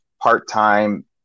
part-time